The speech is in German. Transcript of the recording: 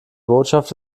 botschaft